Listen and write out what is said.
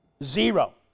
Zero